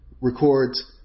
records